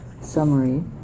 summary